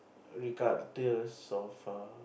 regardless of a